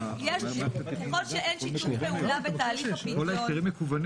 ככל שאין שיתוף פעולה בתהליך הפדיון,